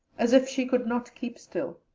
as if she could not keep still.